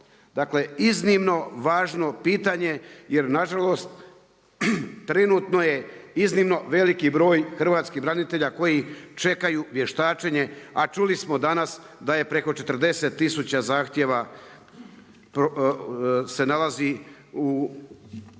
Dakle iznimno važno pitanje jer nažalost trenutno je iznimno veliki broj hrvatskih branitelja koji čekaju vještačenje a čuli smo danas da je preko 40 tisuća zahtjeva se nalazi u